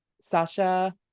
Sasha